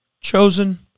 chosen